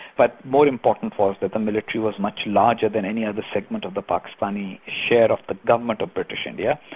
but more important was that the military was much larger than any other segment of the pakistani share of the government of british india.